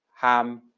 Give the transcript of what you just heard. ham